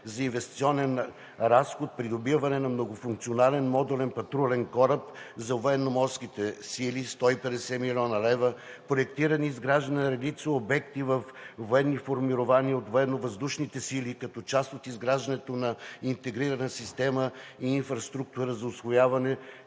за инвестиционен разход: придобиване на многофункционален модулен патрулен кораб за Военноморските сили – 150 млн. лв.; проектиране и изграждане на обекти във военни формирования във Военновъздушните сили като част от изграждането на интегрирана система и инфраструктура за усвояване,